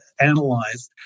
analyzed